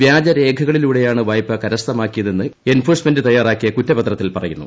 വ്യാജ രേഖകളിലൂടെയാണ് വായ്പ കരസ്ഥമാക്കിയതെന്ന് എൻഫോഴ്സ്മെന്റ് തയ്യാറാക്കിയ കുറ്റപത്രത്തിൽ പറയുന്നു